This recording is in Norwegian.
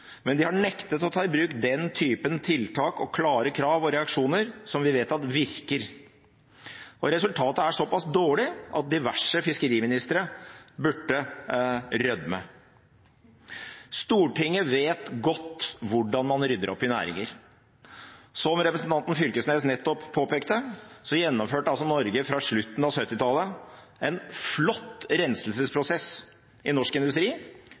men de har nektet å ta i bruk den typen tiltak og klare krav og reaksjoner som vi vet virker. Resultatet er så pass dårlig at diverse fiskeriministre burde rødme. Stortinget vet godt hvordan man rydder opp i næringer. Som representanten Fylkesnes nettopp påpekte, gjennomførte Norge fra slutten av 1970-tallet en flott renselsesprosess i norsk industri.